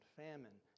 famine